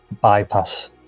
bypass